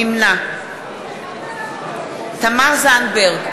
נמנע תמר זנדברג,